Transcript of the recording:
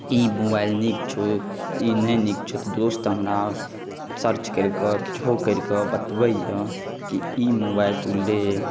ई mobile नीक छौ ई नहि नीक छौ तऽ दोस्त हमरा सर्च करिकऽ किछु करिकऽ बतबैए जे कि ई मोबाइल तू ले